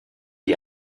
die